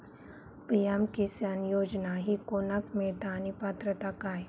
PM Kisan योजना ही कोणाक मिळता आणि पात्रता काय?